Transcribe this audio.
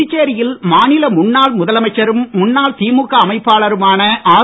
புதுச்சேரியில் மாநில முன்னாள் முதலமைச்சரும் முன்னாள் திமுக அமைப்பாளருமான ஆர்